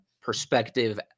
perspective